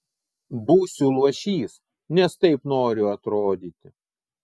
būsiu luošys nes taip noriu atrodyti